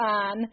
on